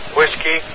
Whiskey